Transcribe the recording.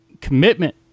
commitment